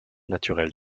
naturelle